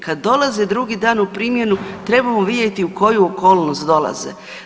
Kad dolaze drugi dan u primjenu trebamo vidjeti u koju okolnost dolaze.